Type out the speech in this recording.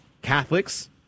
Catholics